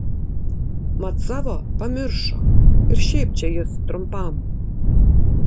mat savo pamiršo ir šiaip čia jis trumpam